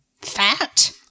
Fat